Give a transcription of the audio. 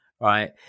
right